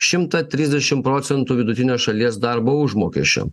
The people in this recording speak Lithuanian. šimtą trisdešimt procentų vidutinio šalies darbo užmokesčio